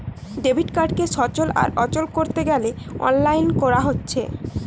debit কার্ডকে সচল আর অচল কোরতে গ্যালে অনলাইন কোরা হচ্ছে